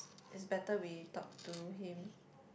is better we talk to him